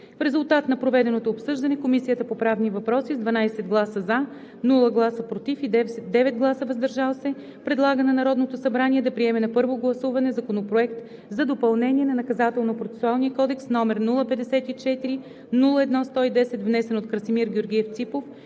В резултат на проведеното обсъждане Комисията по правни въпроси с 12 гласа „за“, без „против“ и 9 гласа „въздържал се“ предлага на Народното събрание да приеме на първо гласуване Законопроект за допълнение на Наказателно-процесуалния кодекс, № 054-01-110, внесен от Красимир Георгиев Ципов